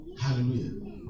Hallelujah